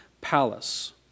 palace